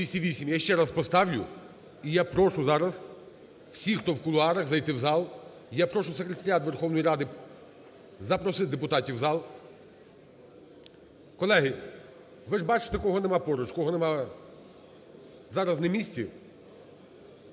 208. Я ще раз поставлю. І я прошу зараз всіх, хто в кулуарах, зайти в зал. Я прошу Секретаріат Верховної Ради запросити депутатів в зал. Колеги, ви ж бачите, кого немає поруч, кого немає зараз на місці,